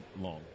long